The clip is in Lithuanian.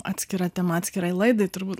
atskira tema atskirai laidai turbūt